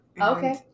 Okay